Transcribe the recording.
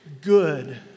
good